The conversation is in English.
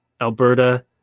alberta